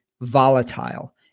volatile